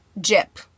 jip